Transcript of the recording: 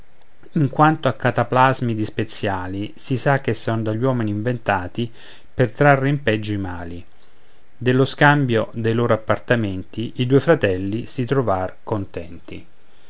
in quanto a cataplasmi di speziali si sa che son dagli uomini inventati per trarre in peggio i mali dello scambio dei loro appartamenti i due fratelli si trovr contenti